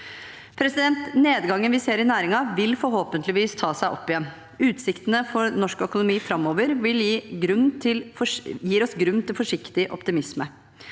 Nedgangen vi ser i næringen, vil forhåpentligvis ta seg opp igjen. Utsiktene for norsk økonomi framover gir oss grunn til forsiktig optimisme.